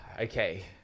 Okay